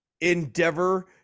endeavor